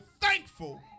thankful